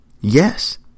Yes